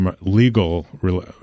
legal